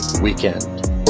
weekend